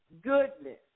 goodness